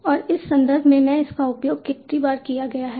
और इस संदर्भ में इसका उपयोग कितनी बार किया गया है